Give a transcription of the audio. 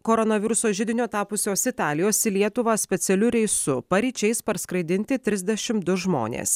koronaviruso židinio tapusios italijos į lietuvą specialiu reisu paryčiais parskraidinti trisdešimt du žmonės